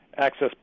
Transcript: access